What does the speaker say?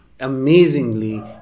amazingly